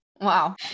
Wow